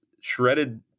shredded